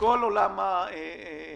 וכל עולם האומנות